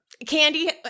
Candy